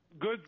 Good